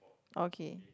okay